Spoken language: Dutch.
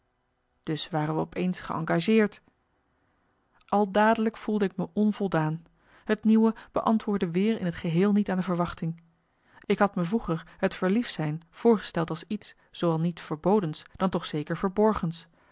dus waren wij opeens geëngageerd al dadelijk voelde ik me onvoldaan het nieuwe beantwoordde weer in t geheel niet aan de verwachting ik had me vroeger het verlief zijn voorgesteld als iets zooal niet verbodens dan toch zeker verborgens